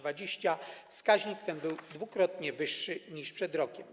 Wskaźnik ten był dwukrotnie wyższy niż przed rokiem.